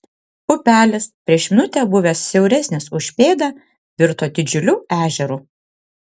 upelis prieš minutę buvęs siauresnis už pėdą virto didžiuliu ežeru